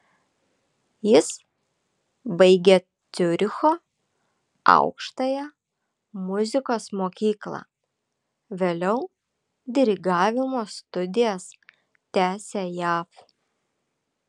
jis baigė ciuricho aukštąją muzikos mokyklą vėliau dirigavimo studijas tęsė jav